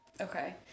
Okay